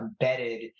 embedded